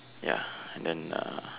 ya and then uh